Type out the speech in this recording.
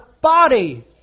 body